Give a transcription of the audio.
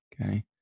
Okay